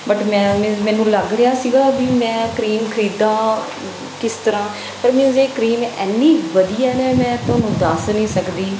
but ਮੈਂ means ਮੈਨੂੰ ਲੱਗ ਰਿਹਾ ਸੀਗਾ ਵੀ ਮੈਂ ਕਰੀਮ ਖਰੀਦਾਂ ਕਿਸ ਤਰ੍ਹਾਂ ਪਰ ਮੀਨਜ਼ ਇਹ ਕਰੀਮ ਇੰਨੀ ਵਧੀਆ ਨਾ ਮੈਂ ਤੁਹਾਨੂੰ ਦੱਸ ਨਹੀਂ ਸਕਦੀ